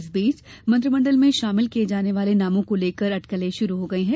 इस बीच मंत्रिमंडल में शामिल किये जाने वाले नामों को लेकर अटकलें शुरू हो गई हैं